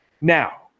Now